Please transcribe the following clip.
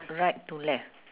right to left